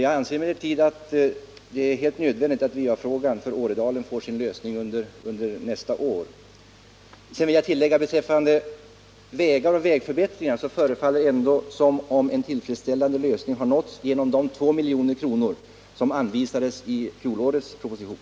Jag anser emellertid att det är helt nödvändigt att vattenoch avloppsfrågan i Åredalen får sin lösning under nästa år. Sedan vill jag tillägga att beträffande vägar och vägförbättringar förefaller ändå en tillfredsställande lösning ha nåtts genom de 2 milj.kr. som anvisades i fjolårets proposition.